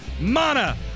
Mana